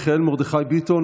מיכאל מרדכי ביטון,